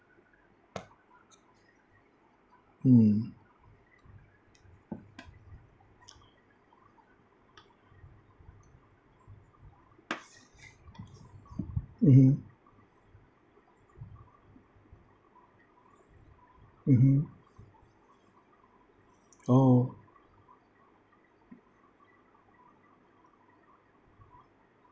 mm mmhmm mmhmm oh